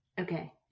Okay